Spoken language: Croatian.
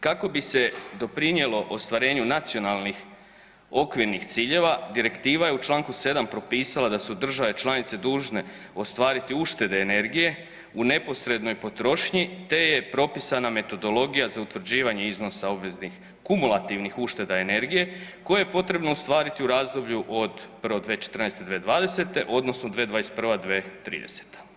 Kako bi se doprinijelo ostvarenju nacionalnih okvirnih ciljeva Direktiva je u Članku 7. propisala da su države članice dužne ostvariti uštede energije u neposrednoj potrošnji te je propisana metodologija za utvrđivanje iznosa obveznih kumulativnih ušteda energije koje je potrebno ostvariti u razdoblju od prvo 2014.-2020. odnosno 2021.-2030.